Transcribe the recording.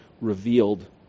revealed